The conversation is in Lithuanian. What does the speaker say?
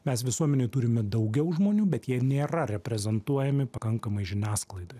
mes visuomenėj turime daugiau žmonių bet jie nėra reprezentuojami pakankamai žiniasklaidoj